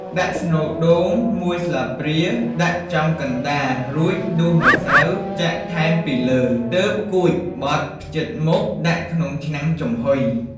ដាក់ស្នូលដូង មួយស្លាបព្រា ដាក់ចំកណ្តាល រួចដួសម្សៅចាក់ថែមពីលើ ទើបគួចបត់ភ្ជិតមុខ ដាក់ក្នុងឆ្នាំងចំហុយ។